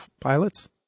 pilots